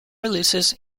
releases